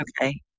okay